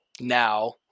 now